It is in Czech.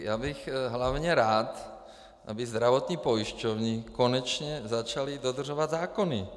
Já bych hlavně rád, aby zdravotní pojišťovny konečně začaly dodržovat zákony.